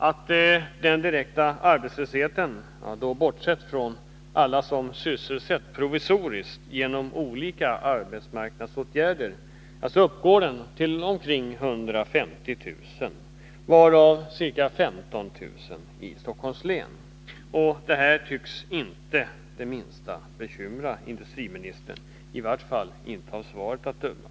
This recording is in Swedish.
Att antalet direkt arbetslösa, bortsett från alla som sysselsätts provisoriskt genom olika arbetsmarknadsåtgärder, uppgår till omkring 150 000 — varav 15 000 återfinns i Stockholms län — tycks inte det minsta bekymra industriministern, i varje fall inte av svaret att döma.